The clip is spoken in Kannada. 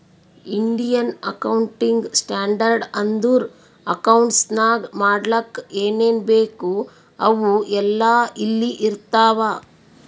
ಇಂಡಿಯನ್ ಅಕೌಂಟಿಂಗ್ ಸ್ಟ್ಯಾಂಡರ್ಡ್ ಅಂದುರ್ ಅಕೌಂಟ್ಸ್ ನಾಗ್ ಮಾಡ್ಲಕ್ ಏನೇನ್ ಬೇಕು ಅವು ಎಲ್ಲಾ ಇಲ್ಲಿ ಇರ್ತಾವ